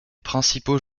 principaux